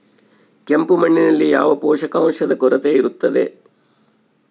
ಕೆಂಪು ಮಣ್ಣಿನಲ್ಲಿ ಯಾವ ಪೋಷಕಾಂಶದ ಕೊರತೆ ಇರುತ್ತದೆ?